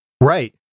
Right